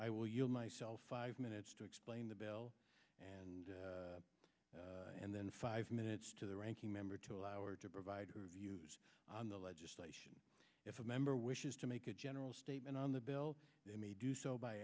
i will yield myself five minutes to explain the bill and and then the five minutes to the ranking member to allow or to provide her views on the legislation if a member wishes to make a general statement on the bill they may do so by